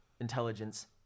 intelligence